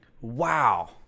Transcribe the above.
wow